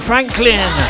Franklin